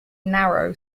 narrow